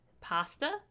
pasta